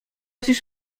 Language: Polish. czyż